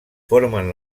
formen